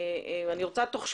אני רוצה תוך שבועיים,